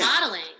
modeling